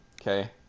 okay